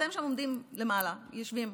אתם עומדים שם למעלה, יושבים,